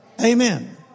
Amen